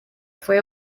fue